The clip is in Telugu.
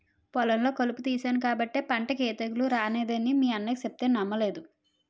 పొలంలో కలుపు తీసేను కాబట్టే పంటకి ఏ తెగులూ రానేదని మీ అన్న సెప్తే నమ్మలేదు